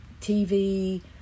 tv